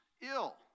ill